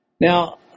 now